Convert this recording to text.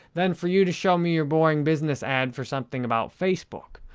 than for you to show me your boring business ad for something about facebook.